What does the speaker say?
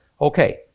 Okay